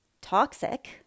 toxic